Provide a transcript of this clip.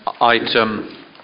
item